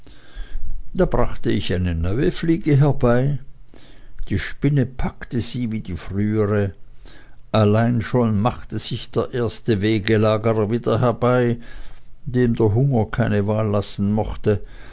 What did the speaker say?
da brachte ich eine neue fliege herbei die spinne packte sie wie die frühere allein schon machte sich der erste wegelagerer wieder herbei dem der hunger keine wahl lassen mochte